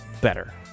better